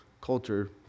culture